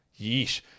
Yeesh